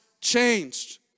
changed